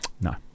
No